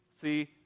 see